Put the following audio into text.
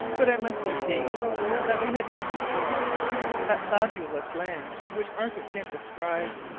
but, i must repeat that we had not before our eyes that fabulous land which arthur pym described.